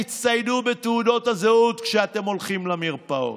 תצטיידו בתעודות הזהות כשאתם הולכים למרפאות,